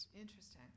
Interesting